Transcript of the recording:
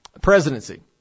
presidency